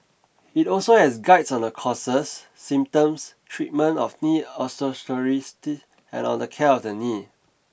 it also has guides on the causes symptoms treatment of knee osteoarthritis and on the care of the knee